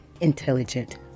intelligent